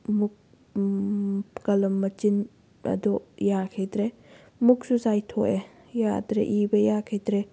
ꯃꯨꯛ ꯀꯂꯝ ꯃꯆꯤꯟ ꯑꯗꯨ ꯌꯥꯈꯤꯗ꯭ꯔꯦ ꯃꯨꯛꯁꯨ ꯆꯥꯏꯊꯣꯛꯑꯦ ꯌꯥꯗ꯭ꯔꯦ ꯏꯕ ꯌꯥꯈꯤꯗ꯭ꯔꯦ